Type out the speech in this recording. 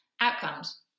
outcomes